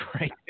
right